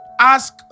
Ask